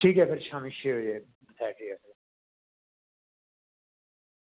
ठीक ऐ भी शामीं छे बजे